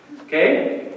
okay